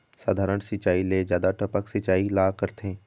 साधारण सिचायी ले जादा टपक सिचायी ला करथे